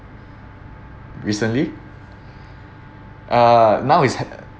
recently uh now it's at